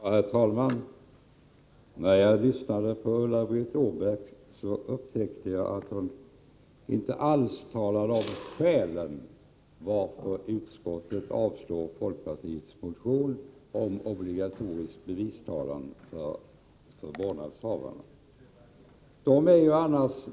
Herr talman! När jag lyssnade på Ulla-Britt Åbark upptäckte jag att hon inte alls talade om skälen till att utskottet avstyrker folkpartiets motion om obligatorisk bevistalan för vårdnadshavarna.